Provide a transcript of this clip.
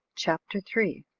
chapter three.